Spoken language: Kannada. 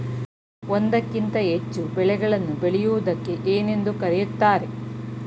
ಒಂದಕ್ಕಿಂತ ಹೆಚ್ಚು ಬೆಳೆಗಳನ್ನು ಬೆಳೆಯುವುದಕ್ಕೆ ಏನೆಂದು ಕರೆಯುತ್ತಾರೆ?